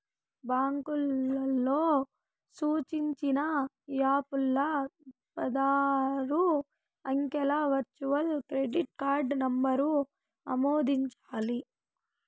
బాంకోల్లు సూచించిన యాపుల్ల పదారు అంకెల వర్చువల్ క్రెడిట్ కార్డు నంబరు ఆమోదించాలి